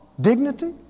dignity